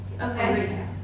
okay